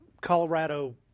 Colorado